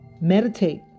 meditate